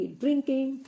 drinking